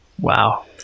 Wow